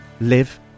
live